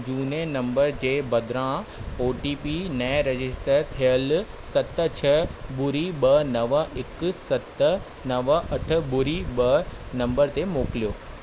झूने नंबर जे बदिरां ओ टी पी नएं रजिस्टर थियल सत छ्ह ॿुड़ी ॿ नव हिकु सत नव अठ ॿुड़ी ॿ नंबर ते मोकिलियो